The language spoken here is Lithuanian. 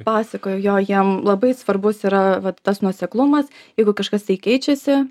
pasakojo jo jiem labai svarbus yra tas nuoseklumas jeigu kažkas tai keičiasi